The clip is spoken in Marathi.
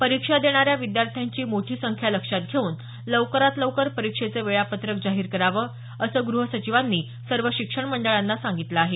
परीक्षा देणाऱ्या विद्यार्थ्यांची मोठी संख्या लक्षात घेऊन लवकरात लवकर परीक्षेचं वेळापत्रक जाहीर करावं असं गृह सचिवांनी सर्व शिक्षण मंडळांना सांगितलं आहे